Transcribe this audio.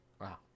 Wow